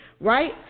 right